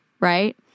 right